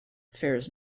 fares